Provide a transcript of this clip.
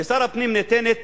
לשר הפנים ניתנות